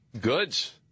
goods